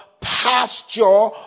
pasture